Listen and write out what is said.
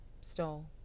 Stole